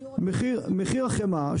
מחיר החמאה,